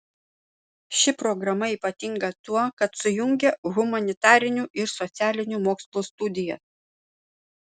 ši programa ypatinga tuo kad sujungia humanitarinių ir socialinių mokslų studijas